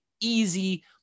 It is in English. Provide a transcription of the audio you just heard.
easy